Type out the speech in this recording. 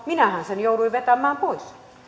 minähän sen jouduin vetämään pois